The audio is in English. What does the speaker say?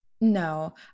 No